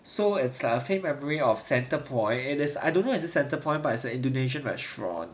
so it's a faint memory of centre point it is I don't know is it centre point but is a indonesian restaurant